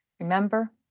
Remember